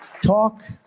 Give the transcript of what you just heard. talk